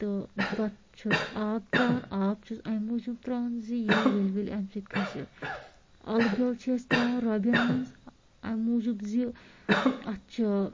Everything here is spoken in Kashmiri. تہٕ پَتہٕ چھِس آب ترٛاوان آب چھِس اَمہِ موٗجوٗب ترٛاوان زِ یہِ یی ؤلۍ ؤلۍ اَمہِ سۭتۍ کھٔسِتھ اَلہٕ بیٛول چھِ أسۍ ترٛاوان رۄبیٚن منٛز اَمہِ موٗجوٗب زِ اَتھ چھِ